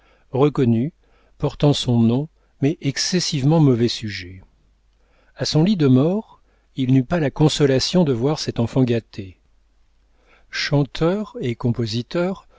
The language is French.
reconnu portant son nom mais excessivement mauvais sujet a son lit de mort il n'eut pas la consolation de voir cet enfant gâté chanteur et compositeur